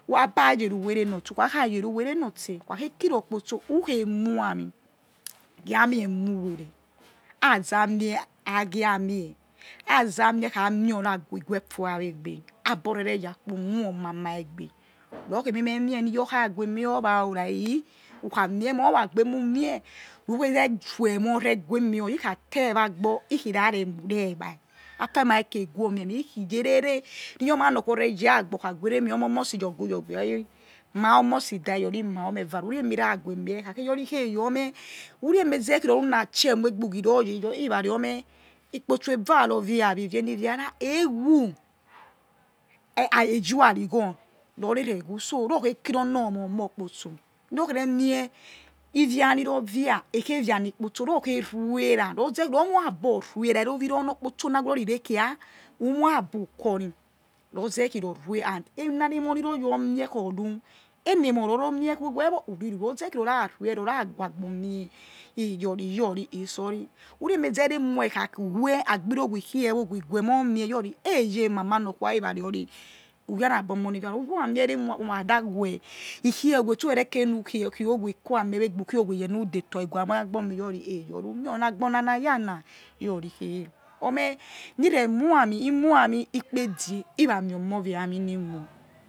Wa ba ye re uwere nor tso̱ who kha yor kha yere uwere nortse who kha kirokpotso who khe mho ami ghi ami eh who mereh ha za mie ha̱ mie khew efua whe egbe abor kpo who ma egbe roh khi emi meh he̱ mie ni kha gue miowa rari who kha mie emoh vha agbor emi who mie ru khe re ru emoh re guwemi oya rari he khi ate vha agbor he khi ra re egbai afaimai egeguomie or re ya agbor or kha were me or meh omosi yorguyorgu he your ri ma or meh omosi da̱ he your ri ma or meh va whore whe mi kha guenie. He̱ your rikheye or meh who re meh ze he̱ ru na chiemuegbe he your he ra re or meh ikpotso eva riro via we via hei ni via ra eguu eh yi arigbor ri re re egwu so ri row khe ki ri or nor moi omo okpotso ri or khe re mie ivia ni ror viia eke via nikpotso rior khe rue ra ruze khi or muhabior ruera ra ri owi ror naw weh ri or ri rekhia who mui abu khori ro ze khi or ruwe and ina ri emoh ni ro your mie khi or ri̱ eh ni emoh ri or mie weh weh wor uru ruze̱ he ro ra rue or ra gua̱ agbor mie he your ri̱ he yor ri khi tsor or ri who re he meze here enemioa who kha weh agbirogho he khie o̱ weh he gue emoh mie he your eyeh mama norkhwa ira re or ri who ya na bi omoh ni vhia who ra mie ere ewa ma kha da weh he khie owe tsou re re ke re nu khie owe he kuwe ameh your egbe who khie owe he yenu detor he gue emoh agbor mie he yor ri eyoh who mi oni agobor na ya na̱ he your ri khe or meh ni re mua ami ikpeh edie he̱ ra̱ mi omo vhia ami ni̱ gwho̱.